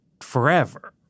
forever